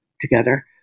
together